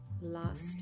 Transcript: Last